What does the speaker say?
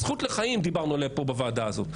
הזכות לחיים, דיברנו עליה פה בוועדה הזאת.